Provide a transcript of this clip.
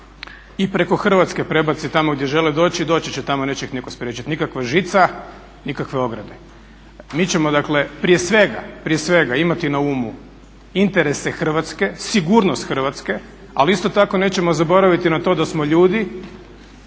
i preko Hrvatske prebace tamo gdje žele doći i doći će tamo. Neće ih nitko spriječiti, nikakva žica, nikakve ograde. Mi ćemo dakle prije svega imati na umu interese Hrvatske, sigurnost Hrvatske. Ali isto tako nećemo zaboraviti na to da smo ljudi,